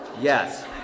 yes